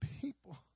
people